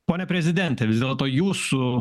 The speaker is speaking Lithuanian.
pone prezidente vis dėlto jūsų